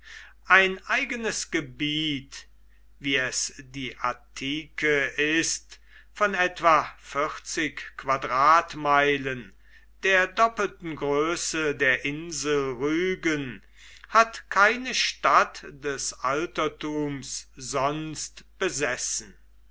ein eigenes gebiet wie es die attike ist von etwa vierzig quadratmeilen der doppelten größe der insel rügen hat keine stadt des altertums sonst besessen